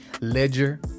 Ledger